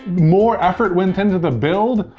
more effort went into the build,